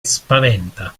spaventa